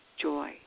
joy